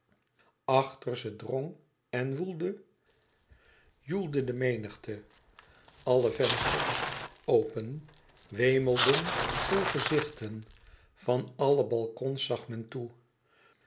achter ze drong en woelde joelde de menigte alle vensters open wemelden vol gezichten van alle balkons zag men toe